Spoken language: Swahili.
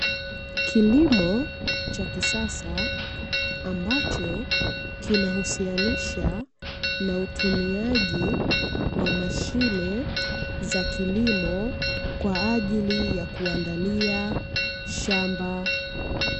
Kilimo cha kisasa ambacho kinahusianisha na utumiaji wa mashine za kilimo kwa ajili ya kuandalia shamba.